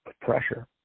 pressure